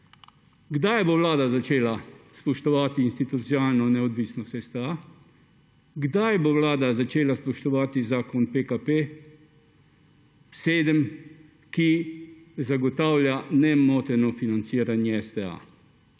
Kdaj bo Vlada začela spoštovati institucionalno neodvisnost STA? Kdaj bo vlada začela spoštovati zakon o PKP7, ki zagotavlja nemoteno financiranje STA?